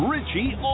Richie